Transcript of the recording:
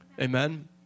Amen